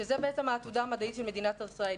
שזאת העתודה המדעית של מדינת ישראל.